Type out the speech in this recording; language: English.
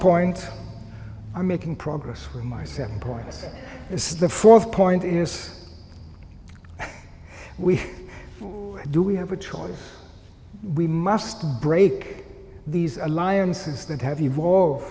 point i'm making progress in my seven points is the fourth point is we do we have a choice we must break these alliances that have evolve